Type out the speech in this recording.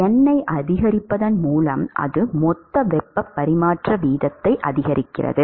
N ஐ அதிகரிப்பதன் மூலம் அது மொத்த வெப்ப பரிமாற்ற வீதத்தை அதிகரிக்கிறது